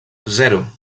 zero